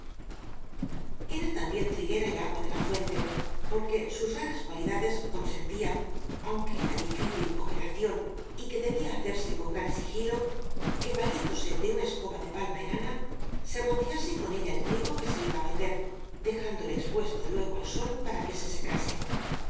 era también triguera el agua de la fuente por que sus raras cualidades consentían aunque era difícil operación y que debía hacerse con gran si gilo que valiéndose de una escoba de palma ena na se rociase con ella el trigo que se iba á vender dejándole expuesto luego al sol para que se secase